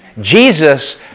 Jesus